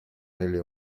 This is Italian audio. nelle